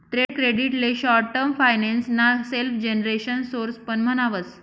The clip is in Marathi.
ट्रेड क्रेडिट ले शॉर्ट टर्म फाइनेंस ना सेल्फजेनरेशन सोर्स पण म्हणावस